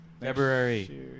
February